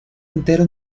entero